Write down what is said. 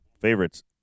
favorites